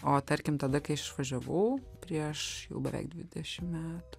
o tarkim tada kai aš išvažiavau prieš beveik dvidešim metų